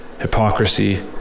hypocrisy